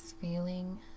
feeling